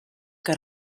que